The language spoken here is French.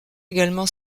également